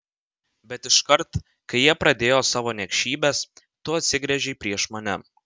bet iškart kai jie pradėjo savo niekšybes tu atsigręžei prieš mane